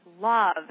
love